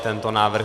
Tento návrh